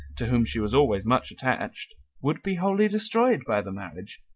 to whom she was always much attached, would be wholly destroyed by the marriage.